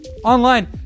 online